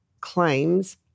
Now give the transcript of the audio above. claims